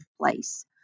place